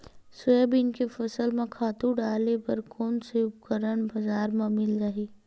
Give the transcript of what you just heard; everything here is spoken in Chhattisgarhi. सोयाबीन के फसल म खातु डाले बर कोन से उपकरण बजार म मिल जाहि?